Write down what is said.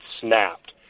snapped